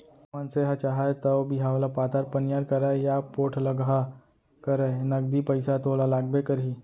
मनसे ह चाहे तौ बिहाव ल पातर पनियर करय या पोठलगहा करय नगदी पइसा तो ओला लागबे करही